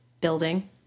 building